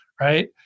Right